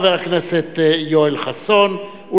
חבר הכנסת יואל חסון.